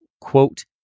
quote